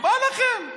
בא לכם.